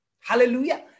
Hallelujah